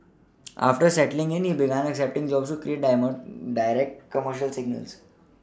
after settling in he began accepting jobs to direct commercials